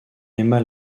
emma